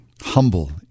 humble